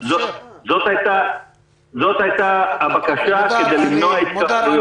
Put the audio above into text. היתה הבקשה, כדי למנוע התקהלויות.